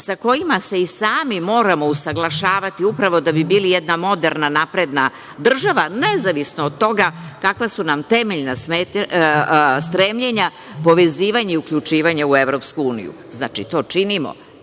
sa kojima se i sami moramo usaglašavati upravo da bi bili jedna moderna napredna država, nezavisno od toga kakva su nam temeljna stremljenja, povezivanje i uključivanje u EU. Znači to činimo